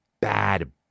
bad